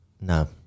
no